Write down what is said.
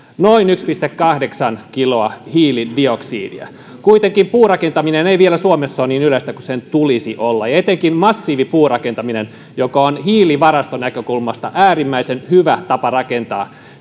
noin yksi pilkku kahdeksan kiloa hiilidioksidia kuitenkaan puurakentaminen ei vielä suomessa ole niin yleistä kuin sen tulisi olla ja etenkin massiivipuurakentaminen joka on hiilivarastonäkökulmasta äärimmäisen hyvä tapa rakentaa